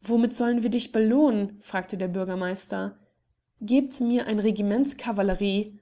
womit sollen wir dich belohnen fragte der bürgemeister gebt mir ein regiment cavallerie